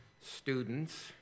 students